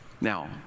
Now